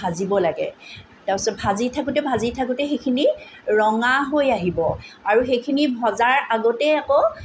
ভাজিব লাগে তাৰপিছত ভাজি থাকোঁতে ভাজি থাকোঁতে সেইখিনি ৰঙা হৈ আহিব আৰু সেইখিনি ভজাৰ আগতেই আকৌ